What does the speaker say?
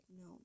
no